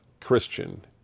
Christian